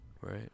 right